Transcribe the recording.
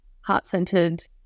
heart-centered